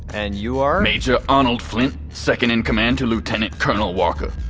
and you are? major arnold flint, second in command to lieutenant colonel walker.